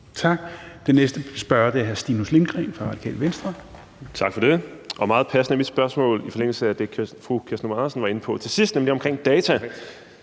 Tak. Den næste spørger er hr. Stinus Lindgreen fra Radikale Venstre. Kl. 10:58 Stinus Lindgreen (RV): Tak for det. Og meget passende ligger mit spørgsmål i forlængelse af det, fru Kirsten Normann Andersen var inde på til sidst, nemlig om data.